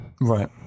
Right